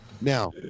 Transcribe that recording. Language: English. Now